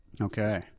Okay